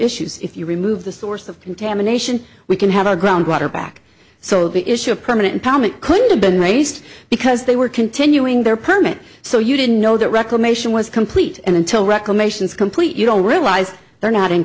issues if you remove the source of contamination we can have our ground water back so the issue of permanent comic could've been raised because they were continuing their permit so you didn't know that reclamation was complete and until reclamation is complete you don't realize they're not in